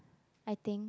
I think